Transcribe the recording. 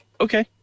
okay